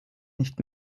nicht